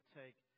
take